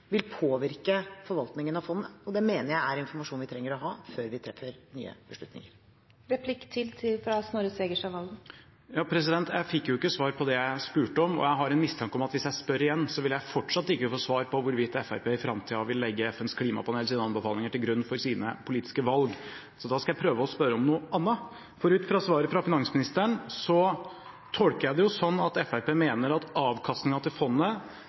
vil påvirke forvaltningen av fondet. Det mener jeg er informasjon vi trenger å ha før vi treffer nye beslutninger. Jeg fikk ikke svar på det jeg spurte om, og jeg har en mistanke om at hvis jeg spør igjen, vil jeg fortsatt ikke få svar på hvorvidt Fremskrittspartiet i framtiden vil legge FNs klimapanels anbefalinger til grunn for sine politiske valg, så da skal jeg prøve å spørre om noe annet. Ut fra svaret fra finansministeren tolker jeg det sånn at Fremskrittspartiet mener at avkastningen til fondet